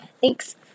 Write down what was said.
Thanks